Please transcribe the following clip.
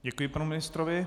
Děkuji panu ministrovi.